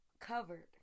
covered